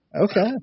Okay